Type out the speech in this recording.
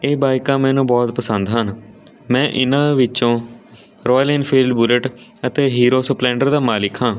ਇਹ ਬਾਈਕਾਂ ਮੈਨੂੰ ਬਹੁਤ ਪਸੰਦ ਹਨ ਮੈਂ ਇਹਨਾਂ ਵਿੱਚੋਂ ਰੋਇਲ ਇਨਫੀਲਡ ਬੁਲੇਟ ਅਤੇ ਹੀਰੋ ਸਪਲੈਂਡਰ ਦਾ ਮਾਲਿਕ ਹਾਂ